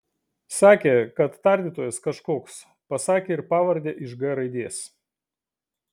sakė kad tardytojas kažkoks pasakė ir pavardę iš g raidės